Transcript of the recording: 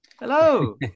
hello